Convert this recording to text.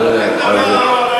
עוד לא התרגלת.